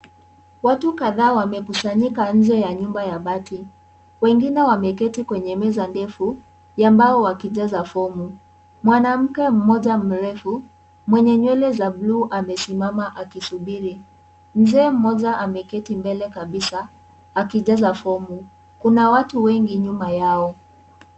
Watu kadhaa wamekusanyika nje ya nyumba ya bati. Wengine wameketi kwenye meza ndefu ya mbao wakijaza fomu. Mwanamke mmoja mrefu mwenye nywele za bluu amesimama akisubiri. Mzee mmoja ameketi mbele kabisa akijaza fomu. Kuna watu wengi nyuma yao.